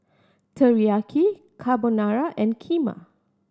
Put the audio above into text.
Teriyaki Carbonara and Kheema